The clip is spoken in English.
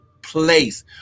place